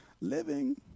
living